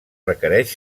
requereix